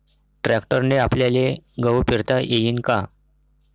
ट्रॅक्टरने आपल्याले गहू पेरता येईन का?